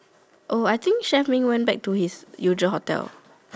oh I think chef Ming went back to his usual hotel